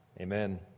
Amen